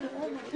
ננעלה